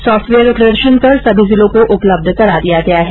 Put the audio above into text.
software का प्रदर्शन कर सभी जिलों को उपलब्ध करा दिया गया है